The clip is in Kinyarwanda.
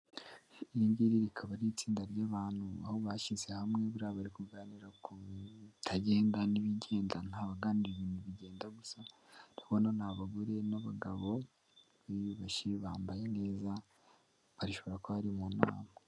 Iri ngiri rikaba ari itsinda ry'abantu, aho bashyize hamwe buriya bari kuganira ku bitagenda n'ibigenda ntabaganira ibintu bigenda gusa, ndabona n'abagore n'abagabo biyubashye bambaye neza bashobora ko bari mu nama.